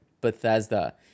Bethesda